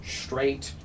straight